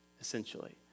essentially